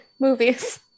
Movies